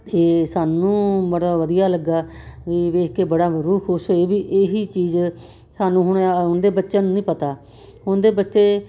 ਅਤੇ ਸਾਨੂੰ ਮਤਲਬ ਵਧੀਆ ਲੱਗਾ ਵੀ ਵੇਖ ਕੇ ਬੜਾ ਰੂਹ ਖੁਸ਼ ਹੋਈ ਵੀ ਇਹੀ ਚੀਜ਼ ਸਾਨੂੰ ਹੁਣ ਉਹਦੇ ਬੱਚਿਆਂ ਨੂੰ ਨਹੀਂ ਪਤਾ ਉਹਦੇ ਬੱਚੇ